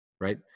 Right